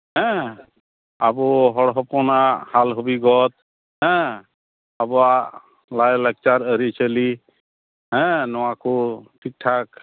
ᱦᱮᱸ ᱟᱵᱚ ᱦᱚᱲ ᱦᱚᱯᱚᱱᱟᱜ ᱦᱟᱞ ᱦᱩᱵᱤᱜᱚᱫ ᱦᱮᱸ ᱟᱵᱚᱣᱟᱜ ᱞᱟᱭᱼᱞᱟᱠᱪᱟᱨ ᱟᱹᱨᱤᱪᱟᱹᱞᱤ ᱦᱮᱸ ᱱᱚᱣᱟ ᱠᱚ ᱴᱷᱤᱠ ᱴᱷᱟᱠ